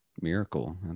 miracle